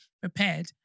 prepared